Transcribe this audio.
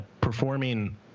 performing